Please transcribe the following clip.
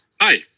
Hi